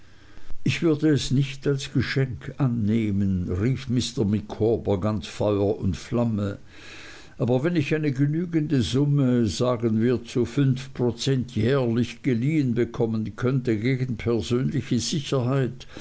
ich würde es nicht als geschenk annehmen rief mr micawber ganz feuer und flamme aber wenn ich eine genügende summe sagen wir zu fünf prozent jährlich geliehen bekommen könnte gegen persönliche sicherheit